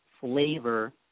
flavor